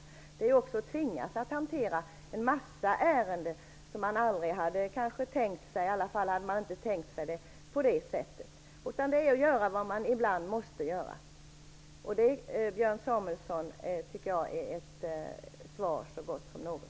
Politik innebär ju att man också tvingas hantera en massa ärenden som man kanske aldrig hade tänkt sig, i alla fall inte på det sätt man trott. Politik är att göra det man ibland måste göra. Det är ett svar, Björn Samuelson, så gott som något.